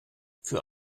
für